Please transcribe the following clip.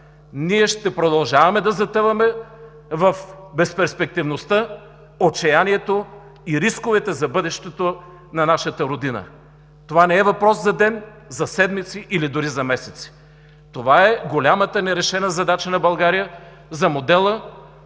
ще продължаваме да затъваме в безперспективността, отчаянието и рисковете за бъдещето на нашата родина. Това не е въпрос за ден, за седмици или дори за месеци. Това е голямата нерешена задача на България за модела,